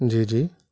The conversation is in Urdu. جی جی